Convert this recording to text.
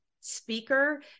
speaker